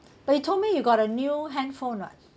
but you told me you got a new handphone [what]